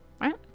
Right